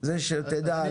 זזה שתדע,